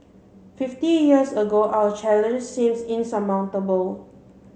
fifty years ago our challenges seemed insurmountable